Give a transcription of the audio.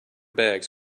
bags